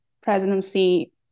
presidency